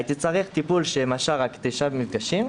הייתי צריך טיפול שיימשך רק תשעה מפגשים,